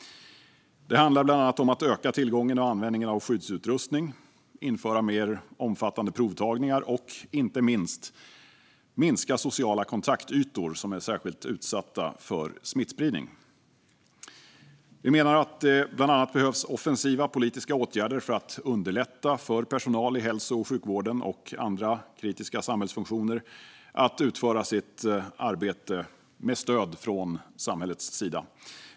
Det handlar bland annat om att öka tillgången till och användningen av skyddsutrustning, införa mer omfattande provtagningar och inte minst att minska mängden sociala kontaktytor som är särskilt utsatta för smittspridning. Vi menar att det bland annat behövs offensiva politiska åtgärder för att underlätta för personal i hälso och sjukvården och andra kritiska samhällsfunktioner att utföra sitt arbete med stöd från samhällets sida.